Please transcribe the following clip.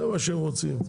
זה מה שהם רוצים.